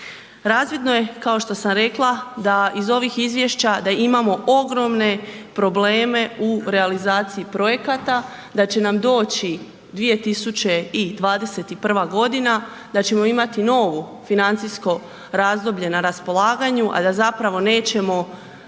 Razvidno je, kao što sam rekla, da iz ovih izvješća da imamo ogromne probleme u realizaciji projekata, da će nam doći 2021.g. da ćemo imati novu financijsko razdoblje na raspolaganju, a da zapravo nećemo